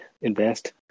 Invest